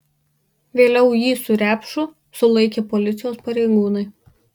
vėliau jį su repšu sulaikė policijos pareigūnai